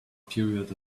period